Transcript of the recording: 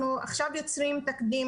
אנחנו עכשיו יוצרים תקדים